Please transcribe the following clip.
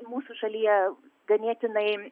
mūsų šalyje ganėtinai